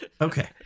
Okay